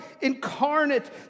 incarnate